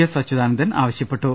S Achuthanandan ആവശ്യപ്പെട്ടു